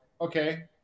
okay